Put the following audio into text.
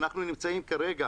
אנחנו נמצאים כרגע